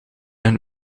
een